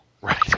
right